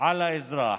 על האזרח.